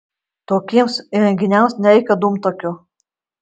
tokiems įrenginiams nereikia dūmtakio